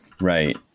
right